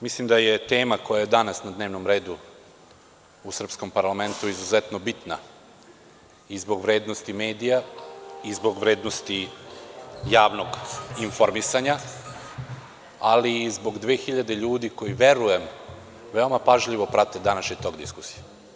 Mislim da je tema koja je danas na dnevnom redu u srpskom parlamentu izuzetno bitna i zbog vrednosti medija i zbog vrednosti javnog informisanja, ali i zbog 2.000 ljudi koji verujem, veoma pažljivo prate današnji tok diskusije.